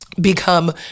become